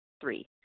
Three